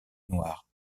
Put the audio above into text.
noir